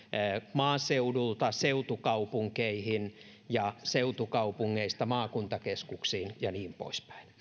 maaseudulta seutukaupunkeihin ja seutukaupungeista maakuntakeskuksiin ja niin poispäin